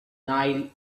nile